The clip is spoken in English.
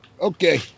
Okay